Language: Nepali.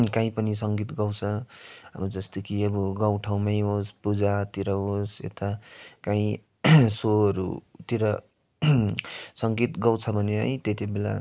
कहीँ पनि सङ्गीत गाउँछ अब जस्तो कि अब गाउँठाउँमै होस् पूजातिर होस् यता कहीँ सोहरूतिर सङ्गीत गाउँछ भने है त्यति बेला